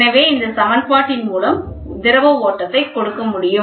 எனவே இந்த சமன்பாட்டின் மூலம் ஓட்டத்தை கொடுக்க முடியும்